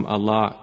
Allah